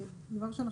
משהו?